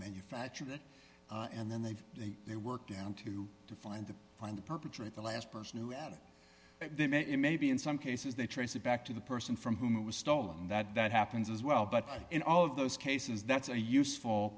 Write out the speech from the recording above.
manufactured it and then they've they work down to to find the find the perpetrate the last person who added them and maybe in some cases they trace it back to the person from whom it was stolen that that happens as well but in all of those cases that's a useful